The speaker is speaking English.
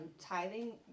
Tithing